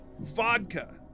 vodka